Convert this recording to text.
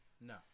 No